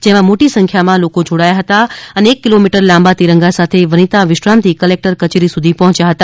જેમાં મોટી સંખ્યામાં લોકો જોડાયા એક કિ લોમીટર લાંબા તિરંગા સાથે વનિતા વિશ્રામથી કલેક્ટર કચેરી સુધી પહોંચ્યા હતા